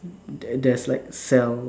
there there's like cells